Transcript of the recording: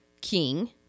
King